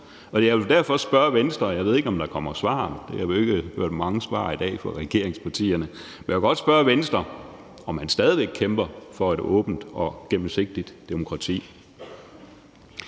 Jeg vil derfor spørge Venstre, og jeg ved ikke, om der kommer svar – vi har jo ikke hørt mange svar i dag fra regeringspartierne – om man stadig væk kæmper for et åbent og gennemsigtigt demokrati.